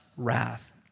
wrath